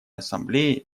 ассамблеи